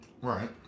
right